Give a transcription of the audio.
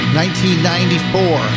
1994